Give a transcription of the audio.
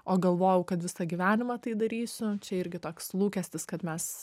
o galvojau kad visą gyvenimą tai darysiu čia irgi toks lūkestis kad mes